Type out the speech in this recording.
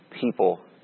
people